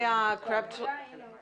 תוכלי לסובב את האור מאחוריך?